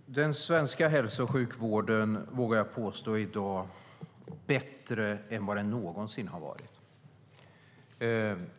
Fru talman! Den svenska hälso och sjukvården är i dag bättre än vad den någonsin har varit.